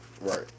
right